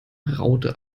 raute